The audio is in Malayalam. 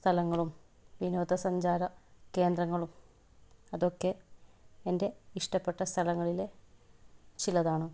സ്ഥലങ്ങളും വിനോദ സഞ്ചാര കേന്ദ്രങ്ങളും അതൊക്കെ എൻ്റെ ഇഷ്ടപ്പെട്ട സ്ഥലങ്ങളിലെ ചിലതാണ്